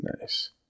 Nice